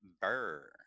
Burr